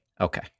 Okay